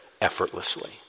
effortlessly